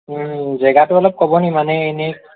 জেগাটো অলপ ক'ব নেকি মানে এনেই